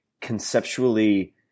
conceptually